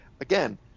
Again